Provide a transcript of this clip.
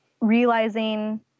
realizing